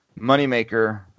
moneymaker